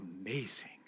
amazing